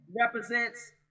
represents